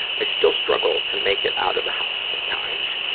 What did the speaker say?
i still struggle to make it out of the house sometimes.